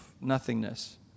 nothingness